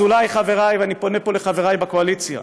אז אולי, חבריי, ואני פונה פה לחבריי בקואליציה,